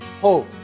hope